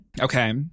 Okay